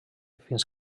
fins